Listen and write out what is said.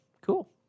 Cool